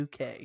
uk